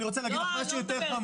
אני רוצה להגיד לך משהו יותר חמור,